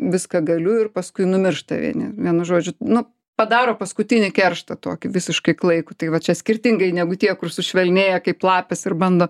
viską galiu ir paskui numiršta vieni vienu žodžiu nu padaro paskutinį kerštą tokį visiškai klaikų tik va čia skirtingai negu tie kur sušvelnėja kaip lapės ir bando